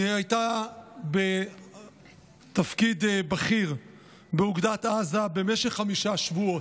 היא הייתה בתפקיד בכיר באוגדת עזה במשך חמישה שבועות.